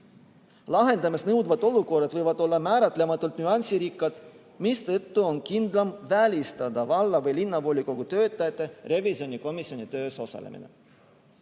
Lahendamist nõudvad olukorrad võivad olla määratlematult nüansirikkad, mistõttu on kindlam välistada valla- või linnavolikogu töötajate revisjonikomisjoni töös osalemine.